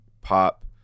pop